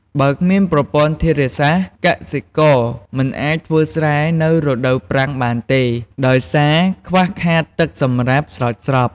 បើគ្មានប្រព័ន្ធធារាសាស្ត្រ កសិករមិនអាចធ្វើស្រែនៅរដូវប្រាំងបានទេ ដោយសារខ្វះខាតទឹកសម្រាប់ស្រោចស្រព។